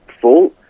full